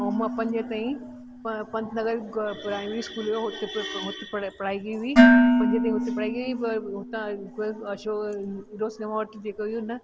ऐं मां पंजे ताईं प पंत नगर ग प्राईमरी स्कूल हुओ हुते हुते पढ़ाई कई हुई पंजे ताईं हुते पढ़ाई कई हुई प प हुतां हिकु अशोक इरो सिनेमा वटि जेको उन